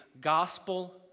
gospel